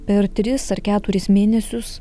per tris ar keturis mėnesius